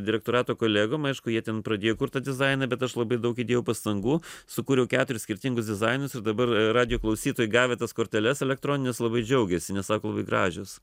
direktorato kolegom aišku jie ten pradėjo kurt tą dizainą bet aš labai daug įdėjau pastangų sukūriau keturis skirtingus dizainus ir dabar radijo klausytojai gavę tas korteles elektronines labai džiaugiasi nes sako gražios